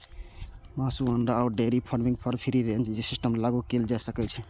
मासु, अंडा आ डेयरी फार्मिंग पर फ्री रेंज सिस्टम लागू कैल जा सकै छै